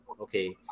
okay